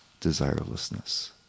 desirelessness